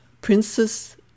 princess